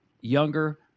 younger